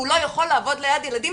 והוא לא יכול לעבוד ליד ילדים.